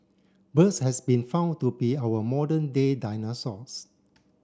birds has been found to be our modern day dinosaurs